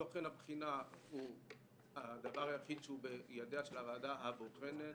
תוכן הבחינה הוא הדבר היחיד שהוא בידיה של הוועדה הבוחנת